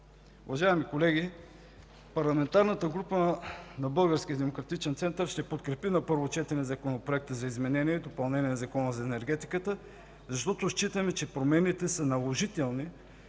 Уважаеми колеги, Парламентарната група на Българския демократичен център ще подкрепи на първо четене Законопроекта за изменение и допълнение на Закона за енергетиката, защото считаме, че промените са наложителни